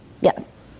Yes